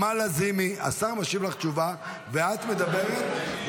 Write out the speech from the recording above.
השר משיב לך תשובה ואת מדברת.